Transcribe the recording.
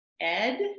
Ed